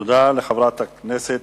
תודה לחברת הכנסת